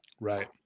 Right